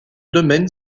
domaine